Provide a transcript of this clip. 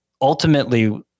ultimately